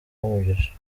umugisha